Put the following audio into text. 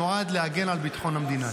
שנועד להגן על ביטחון המדינה.